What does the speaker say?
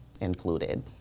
included